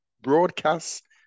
broadcast